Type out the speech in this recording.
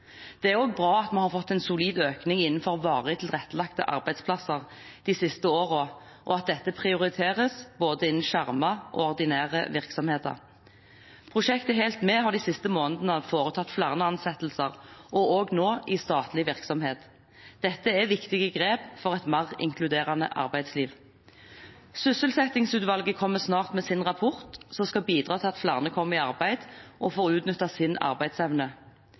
Det er også bra at vi har fått en solid økning innenfor varig tilrettelagte arbeidsplasser de siste årene, og at dette prioriteres innen både skjermede og ordinære virksomheter. Prosjektet HELT MED har de siste månedene foretatt flere ansettelser, nå også i statlig virksomhet. Dette er viktige grep for et mer inkluderende arbeidsliv. Sysselsettingsutvalget kommer snart med sin rapport, som skal bidra til at flere kommer i arbeid og får utnyttet sin arbeidsevne.